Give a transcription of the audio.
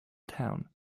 town